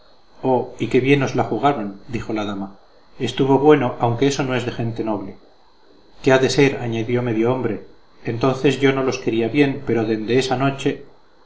y qué bien os la jugaron dijo la dama estuvo bueno aunque eso no es de gente noble qué ha de ser añadió medio hombre entonces yo no los quería bien pero dende esa noche